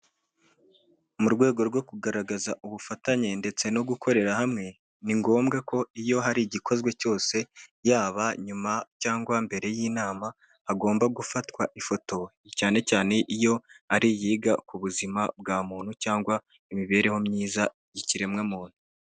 Mu rwego rwo kugaragaza ubufatanye ndetse no gukorera hamwe, ni ngombwa ko iyo hari igikozwe cyose yaba nyuma cyangwa mbere y'inama hagomba gufatwa ifoto cyane cyane iyo ari iyiga ku buzima bwa muntu cyangwa imibereho myiza y'ikiremwamuntu.